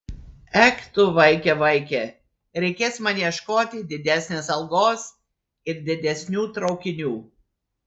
ech tu vaike vaike reikės man ieškoti didesnės algos ir didesnių traukinių